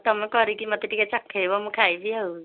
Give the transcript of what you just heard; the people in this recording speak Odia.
ତୁମେ କରିକି ମୋତେ ଟିକେ ଚଖାଇବ ମୁଁ ଖାଇବି ଆଉ